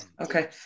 okay